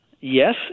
Yes